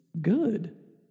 good